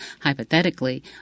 Hypothetically